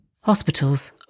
Hospitals